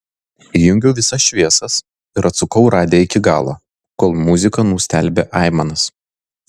įjungiau visas šviesas ir atsukau radiją iki galo kol muzika nustelbė aimanas